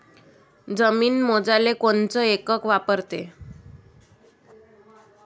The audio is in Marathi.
जमीन मोजाले कोनचं एकक वापरते?